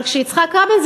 אבל כשיצחק רבין,